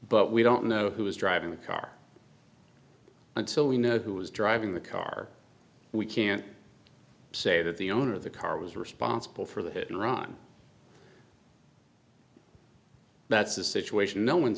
but we don't know who was driving the car until we know who was driving the car we can't say that the owner of the car was responsible for the hit and run that's the situation no